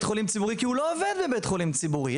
חולים ציבורי כי הוא לא עובד בבית חולים ציבורי,